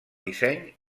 disseny